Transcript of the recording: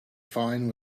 fine